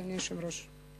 אדוני היושב-ראש.